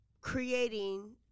creating